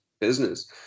business